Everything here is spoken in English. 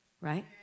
right